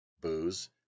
booze